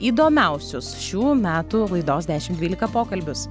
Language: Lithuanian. įdomiausius šių metų laidos dešim dvylika pokalbius